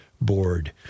Board